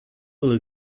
will